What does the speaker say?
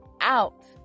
out